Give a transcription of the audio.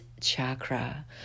chakra